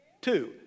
Two